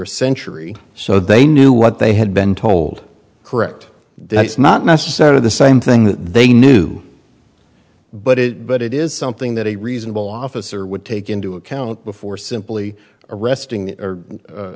a century so they knew what they had been told correct that's not necessarily the same thing that they knew but it but it is something that a reasonable officer would take into account before simply arresting